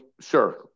sure